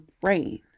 brain